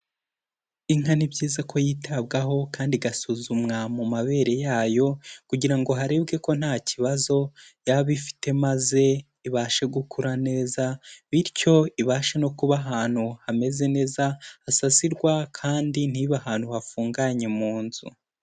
Inka ni byiza ko yitabwaho kandi igasuzumwa mu mabere yayo kugira ngo harebwe ko nta kibazo yaba ifite maze ibashe gukura neza, bityo ibashe no kuba ahantu hameze neza, hasasirwa kandi ntibe ahantu hafunganye mu nzu.